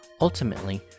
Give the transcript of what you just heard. Ultimately